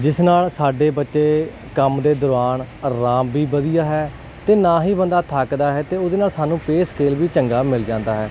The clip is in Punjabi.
ਜਿਸ ਨਾਲ ਸਾਡੇ ਬੱਚੇ ਕੰਮ ਦੇ ਦੌਰਾਨ ਆਰਾਮ ਵੀ ਵਧੀਆ ਹੈ ਅਤੇ ਨਾ ਹੀ ਬੰਦਾ ਥੱਕਦਾ ਹੈ ਅਤੇ ਉਹਦੇ ਨਾਲ ਸਾਨੂੰ ਪੇ ਸਕੇਲ ਵੀ ਚੰਗਾ ਮਿਲ ਜਾਂਦਾ ਹੈ